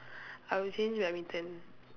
I would change badminton